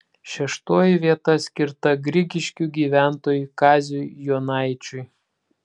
šeštoji vieta skirta grigiškių gyventojui kaziui jonaičiui